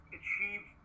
achieve